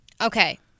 Okay